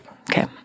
Okay